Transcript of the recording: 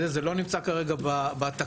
זה לא נמצא כרגע בתקנות.